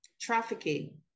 trafficking